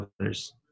others